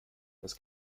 das